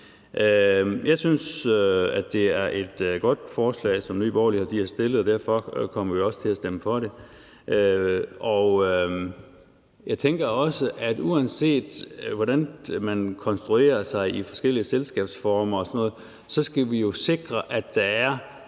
Jeg synes, at det er et godt forslag, som Nye Borgerlige har fremsat, og derfor kommer vi også til at stemme for det. Jeg tænker også, at uanset hvordan man konstruerer sig i forskellige selskabsformer og sådan noget, skal vi jo sikre, at der er